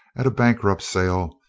at a bankrupt sale,